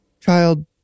child